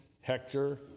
Hector